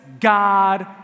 God